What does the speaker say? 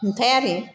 नुथायारि